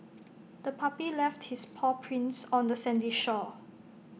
the puppy left its paw prints on the sandy shore